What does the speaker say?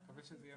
והוא עושה תהליכים